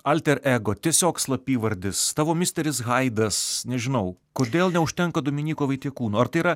alter ego tiesiog slapyvardis tavo misteris haidas nežinau kodėl neužtenka dominyko vaitiekūno ar tai yra